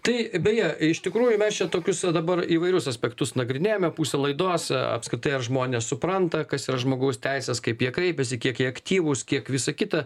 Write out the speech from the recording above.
tai beje iš tikrųjų mes čia tokius dabar įvairius aspektus nagrinėjame pusę laidos apskritai ar žmonės supranta kas yra žmogaus teisės kaip jie kreipiasi kiek jie aktyvūs kiek visa kita